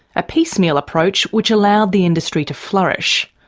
a piecemeal approach which allowed the industry to flourish.